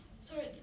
Sorry